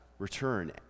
return